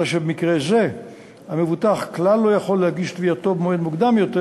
אלא שבמקרה זה המבוטח כלל לא יכול להגיש תביעתו במועד מוקדם יותר,